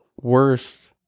worst